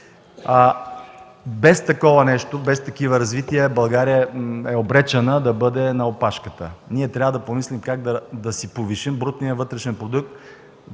Без такова нещо, без такова развитие България е обречена да бъде на опашката. Ние трябва да помислим как да си повишим брутния вътрешен продукт